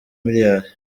miliyari